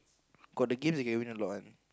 got the games you can win a lot one